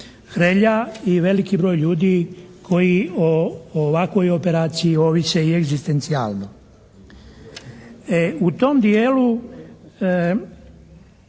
Hrelja i veliki broj ljudi koji o ovakvoj operaciji ovise i egzistencijalno. U tom dijelu